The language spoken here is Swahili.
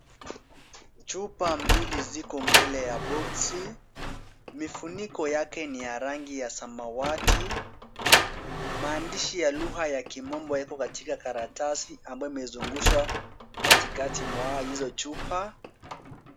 Chupa mbili ziko mbele ya boksi. Mifuniko yake ni ya rangi ya samawati. Maandishi ya lugha ya kimombo yako katika karatasi ambayo imezungushwa katikati mwa hizo chupa.